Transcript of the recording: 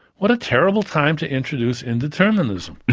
what a terrible time to introduce indeterminism!